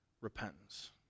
repentance